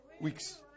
weeks